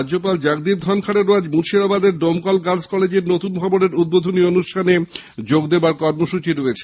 রাজ্যপাল জগদীপ ধনখড়েরও আজ মুর্শিদাবাদের ডোমকল গার্লস্ কলেজের নতুন ভবনের উদ্বোধনী অনুষ্ঠানে যোগ দেবার কর্মসূচি রয়েছে